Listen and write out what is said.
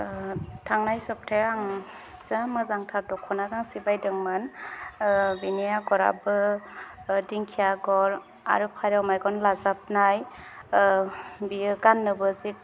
थांनाय सप्तायाव आं जा मोजांथार दख'ना गांसे बायदोंमोन बेनि आगराबो दिंखिया आगर आरो फारौ मेगन लाजाबनाय बियो गाननोबो जि